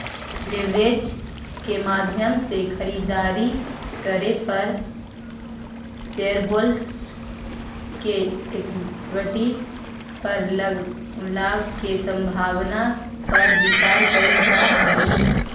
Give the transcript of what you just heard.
leverage के माध्यम से खरीदारी करे पर शेरहोल्डर्स के इक्विटी पर लाभ के संभावना पर विचार कईल जा हई